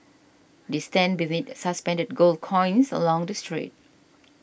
they stand beneath suspended gold coins along the street